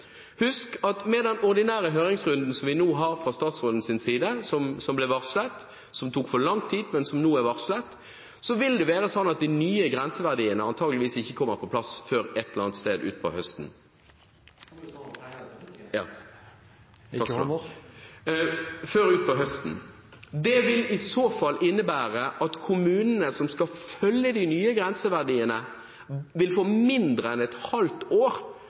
Husk at med den ordinære høringsrunden som ble varslet fra statsrådens side – som tok for lang tid, men som nå er varslet – vil de nye grenseverdiene antagelig ikke komme på plass før en eller annen gang utpå høsten. Presidenten forsto det sånn at representanten tegnet seg på nytt til et innlegg? Ja. Det vil i så fall innebære at kommunene som skal følge de nye grenseverdiene, vil få mindre enn et halvt år